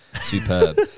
superb